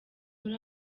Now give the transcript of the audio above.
muri